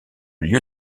lieu